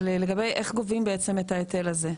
אבל לגבי איך גובים את ההיטל הזה.